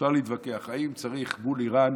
אפשר להתווכח אם צריך מול איראן